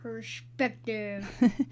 perspective